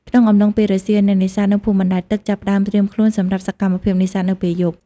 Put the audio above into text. ក្នុងអំឡុងពេលរសៀល អ្នកនេសាទនៅភូមិបណ្ដែតទឹកចាប់ផ្ដើមត្រៀមខ្លួនសម្រាប់សកម្មភាពនេសាទនៅពេលយប់។